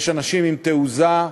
יש אנשים עם תעוזה,